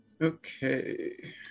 Okay